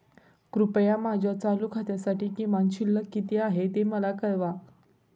कृपया माझ्या चालू खात्यासाठी किमान शिल्लक किती आहे ते मला कळवा